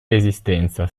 resistenza